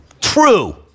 True